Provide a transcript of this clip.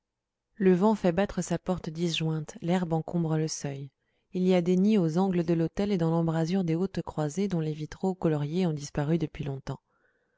le vent fait battre sa porte disjointe l'herbe encombre le seuil il y a des nids aux angles de l'autel et dans l'embrasure des hautes croisées dont les vitraux coloriés ont disparu depuis longtemps